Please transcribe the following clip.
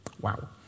Wow